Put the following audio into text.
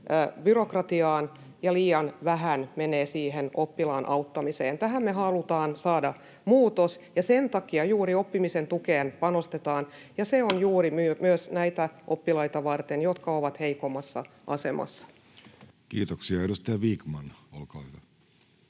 byrokratiaan ja liian vähän siihen oppilaan auttamiseen. Tähän me halutaan saada muutos, ja sen takia juuri oppimisen tukeen panostetaan. Se on juuri myös näitä oppilaita varten, jotka ovat heikommassa asemassa. [Speech 22] Speaker: